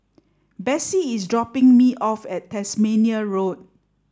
Bessie is dropping me off at Tasmania Road